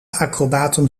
acrobaten